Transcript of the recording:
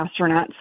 astronauts